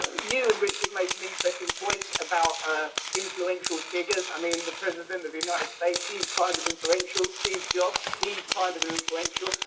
you and richard made some interesting points about ah influential figures, i mean the president the united states, he's kind of influential, steve jobs, he's kind of influential,